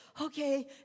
Okay